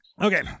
okay